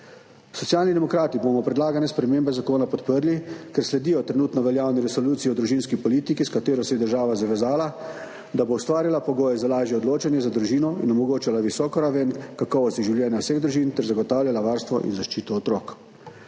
Socialni demokrati bomo predlagane spremembe zakona podprli, ker sledijo trenutno veljavni resoluciji o družinski politiki, s katero se je država zavezala, da bo ustvarila pogoje za lažje odločanje za družino in omogočala visoko raven kakovosti življenja vseh družin ter zagotavljala varstvo in zaščito otrok.